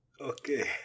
Okay